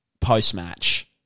post-match